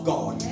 God